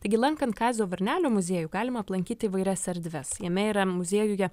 taigi lankant kazio varnelio muziejų galima aplankyti įvairias erdves jame yra muziejuje